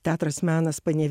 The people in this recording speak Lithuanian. teatras menas panevė